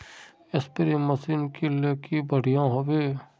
Spray machine किनले की बढ़िया होबवे?